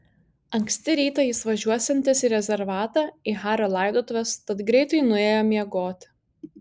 anksti rytą jis važiuosiantis į rezervatą į hario laidotuves tad greitai nuėjo miegoti